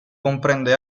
comprende